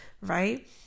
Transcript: right